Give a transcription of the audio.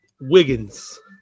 Wiggins